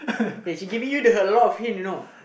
wait she giving you a lot of hint you know